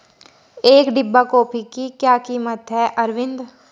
एक डिब्बा कॉफी की क्या कीमत है अरविंद?